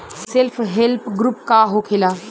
Self help group का होखेला?